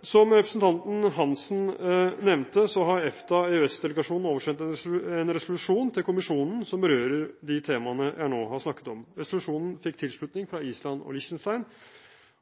Som representanten Hansen nevnte, har EFTA/EØS-delegasjonen oversendt en resolusjon til kommisjonen som berører de temaene jeg nå har snakket om. Resolusjonen fikk tilslutning fra Island og Liechtenstein,